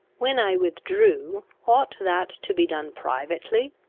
when i withdrew, ought that to be done privately,